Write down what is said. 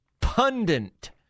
pundit